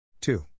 Two